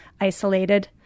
isolated